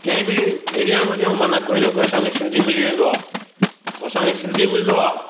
कंहिं बि एरिया में वञो मना कोई न कोई असांखे सिंधी मिली वेंदो आहे असांखे सिंधी मिलंदो आहे